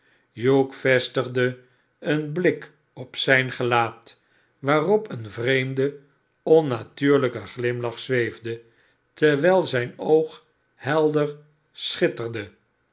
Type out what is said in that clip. hugh vestigde een blik op zijn gelaat waarop een vreemde r onnatuurlijke glimlach zweefde terwijl zijn oog helder schitterde